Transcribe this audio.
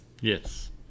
Yes